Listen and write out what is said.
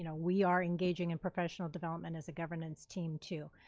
you know we are engaging in professional development as a governance team too,